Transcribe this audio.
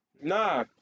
nah